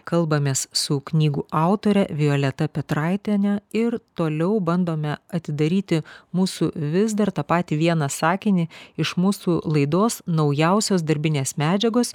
kalbamės su knygų autore violeta petraitiene ir toliau bandome atidaryti mūsų vis dar tą patį vieną sakinį iš mūsų laidos naujausios darbinės medžiagos